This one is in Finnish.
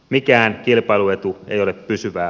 mikään kilpailuetu ei ole pysyvää